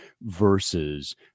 versus